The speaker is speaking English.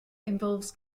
involves